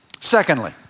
Secondly